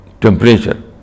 temperature